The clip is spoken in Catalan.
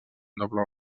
doble